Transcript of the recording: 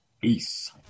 Peace